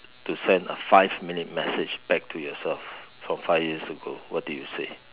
to send a five minute message back to yourself from five years ago what do you say